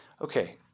Okay